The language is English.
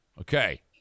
Okay